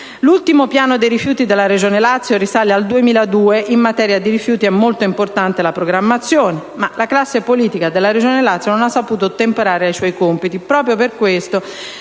L'ultimo piano dei rifiuti della Regione Lazio risale al 2002. In materia di rifiuti è molto importante la programmazione, ma la classe politica della Regione Lazio non ha saputo ottemperare ai suoi compiti.